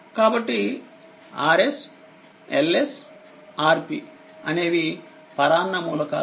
కాబట్టి Rs Ls Rp అనేవిపరాన్న మూలకాలు